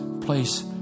place